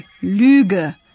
Lüge